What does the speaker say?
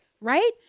Right